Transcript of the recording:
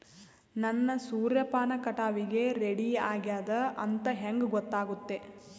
ನನ್ನ ಸೂರ್ಯಪಾನ ಕಟಾವಿಗೆ ರೆಡಿ ಆಗೇದ ಅಂತ ಹೆಂಗ ಗೊತ್ತಾಗುತ್ತೆ?